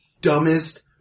dumbest